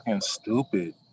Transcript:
stupid